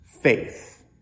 faith